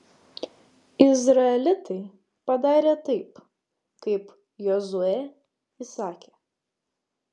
izraelitai padarė taip kaip jozuė įsakė